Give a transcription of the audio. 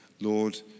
Lord